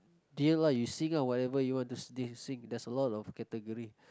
deal lah you sing ah whatever you want to s~ sing there's a lot of category